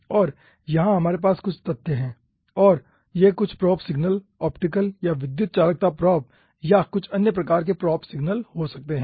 और यहां हमारे पास कुछ तथ्य हैं और यह कुछ प्रोब सिग्नल ऑप्टिकल या विद्युत चालकता प्रोब या कुछ अन्य प्रकार के प्रोब सिग्नल हो सकते हैं